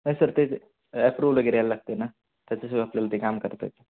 नाही सर ते ॲप्रूवल वगैरे यायला लागते ना त्याच्याशिवाय आपल्याला ते काम करता येत